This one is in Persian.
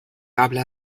قبل